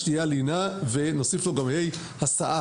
שתיה ולינה ונוסיף לו גם הסעה.